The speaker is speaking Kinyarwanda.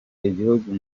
igihugu